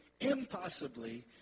impossibly